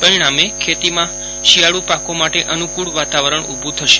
પરિજ્ઞામે ખેતીમાં શિયાળું પાકો માટે અનુકૂળ વાતાવરજ્ઞ ઊભું થશે